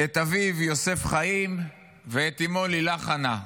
את אביו, יוסף חיים, ואת אימו, לילך חנה.